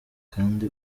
kandi